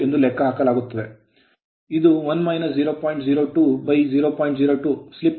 52 ಎಂದು ಲೆಕ್ಕಹಾಕಲಾಗುತ್ತದೆ